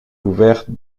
couvertes